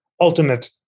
ultimate